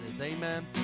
amen